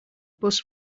bus